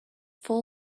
full